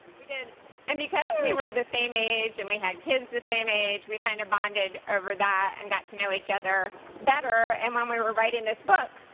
we did and because we were the same age and we had kids the same age, we kind of bonded over that and got to know each other better. and when um we were writing this book,